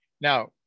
Now